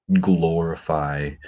glorify